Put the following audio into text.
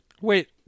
Wait